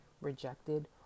rejected